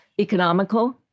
economical